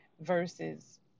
versus